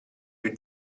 più